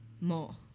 more